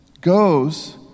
goes